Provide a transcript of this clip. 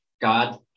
God